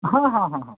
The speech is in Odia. ହଁ ହଁ ହଁ